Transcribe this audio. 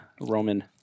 Roman